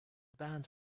band